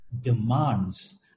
demands